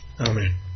Amen